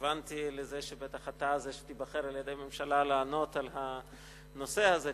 כיוונתי לזה שבטח אתה תהיה זה שייבחר על-ידי הממשלה לענות על הנושא הזה,